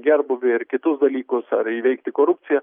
gerbūvį ar kitus dalykus ar įveikti korupciją